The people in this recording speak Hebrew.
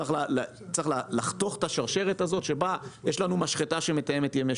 צריך לחתוך את השרשרת הזאת שבה יש לנו משחטה שמתאמת ימי